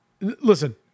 Listen